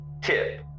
tip